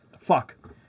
fuck